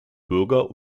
bürger